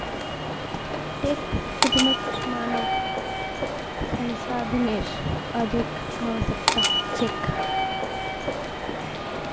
tech उद्यमक मानव संसाधनेर अधिक आवश्यकता छेक